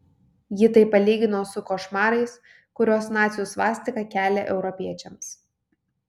ji tai palygino su košmarais kuriuos nacių svastika kelia europiečiams